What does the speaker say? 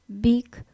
beak